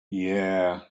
yeah